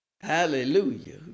Hallelujah